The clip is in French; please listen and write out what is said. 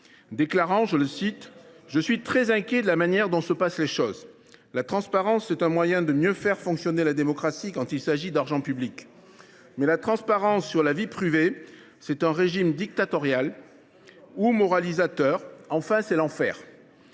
déclarait :« Je suis très inquiet de la manière dont se passent les choses. La transparence, c’est un moyen de mieux faire fonctionner la démocratie quand il s’agit d’argent public. Mais la transparence sur la vie privée, c’est un régime dictatorial, ou moralisateur, enfin c’est l’enfer !